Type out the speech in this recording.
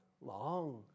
long